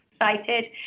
excited